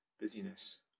busyness